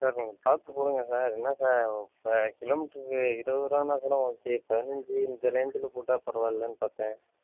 sir கொஞ்சம் பார்த்து போடுங்கள் சார் என்ன சார் இப்போ கிலோ மீட்டருக்கு இருபதுருவாண்ணா கூட ஓகே பதினஞ்சு இந்த ரேஞ்சில் போட்டால் பரவால்லன்னு பார்த்தன்